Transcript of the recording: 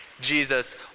Jesus